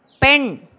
Pen